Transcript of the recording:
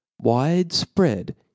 widespread